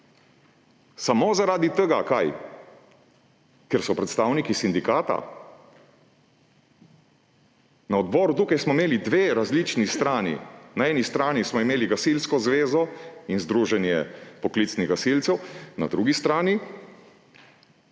samo zaradi tega – zakaj? Ker so predstavniki sindikata? Na odboru tukaj smo imeli dve različni strani. Na eni strani smo imeli Gasilsko zvezo in Združenje slovenskih poklicnih gasilcev, na drugi strani